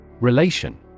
Relation